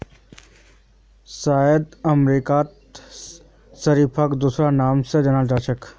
शायद अमेरिकात शरीफाक दूसरा नाम स जान छेक